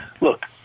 look